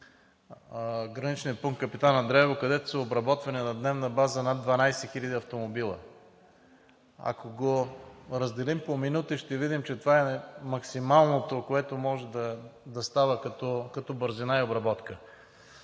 граничния пункт при Капитан Андреево, където са обработвани на дневна база над 12 хиляди автомобила. Ако го разделим по минути, ще видим, че това е максималното, което може да става като бързина и обработка.